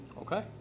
Okay